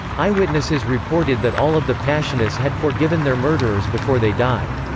eyewitnesses reported that all of the passionists had forgiven their murderers before they died.